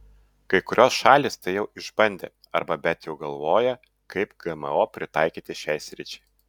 kai kurios šalys tai jau išbandė arba bet jau galvoja kaip gmo pritaikyti šiai sričiai